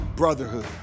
Brotherhood